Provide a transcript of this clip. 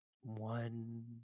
One